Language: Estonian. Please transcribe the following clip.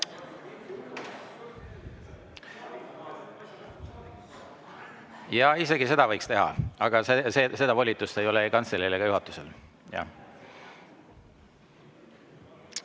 Jaa, isegi seda võiks teha, aga seda volitust ei ole ei kantseleil ega juhatusel.